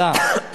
תודה.